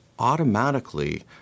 Automatically